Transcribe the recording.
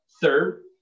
Third